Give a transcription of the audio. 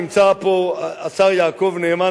נמצא פה השר יעקב נאמן.